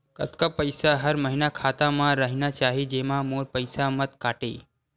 कतका पईसा हर महीना खाता मा रहिना चाही जेमा मोर पईसा मत काटे?